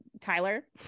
Tyler